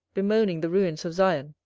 bemoaning the ruins of sion,